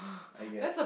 I guess